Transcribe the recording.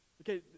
Okay